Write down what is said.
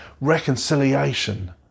reconciliation